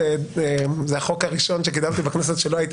זה החוק הראשון שקידמתי בכנסת שלא הייתי